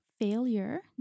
failure